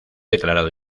declarado